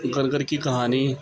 ਘਰ ਘਰ ਕੀ ਕਹਾਨੀ